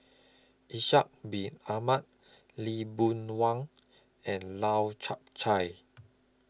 Ishak Bin Ahmad Lee Boon Wang and Lau Chiap Khai